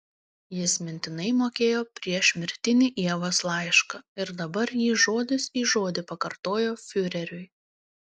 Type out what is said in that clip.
jis mintinai mokėjo priešmirtinį ievos laišką ir dabar jį žodis į žodį pakartojo fiureriui